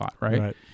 right